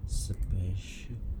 special